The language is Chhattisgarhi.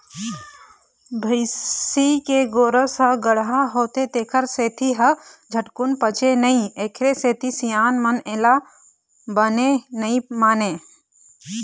भइसी के गोरस ह गाड़हा होथे तेखर सेती ए ह झटकून पचय नई एखरे सेती सियान मन एला बने नइ मानय